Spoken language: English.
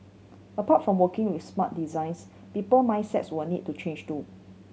apart from working with smart designs people mindsets will need to change too